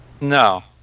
No